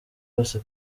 yose